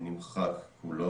תודה.